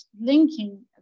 linking